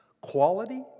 quality